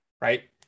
Right